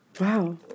Wow